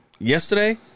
Yesterday